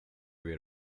way